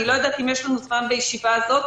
אני לא יודעת אם יש לנו זמן בישיבה הזאת.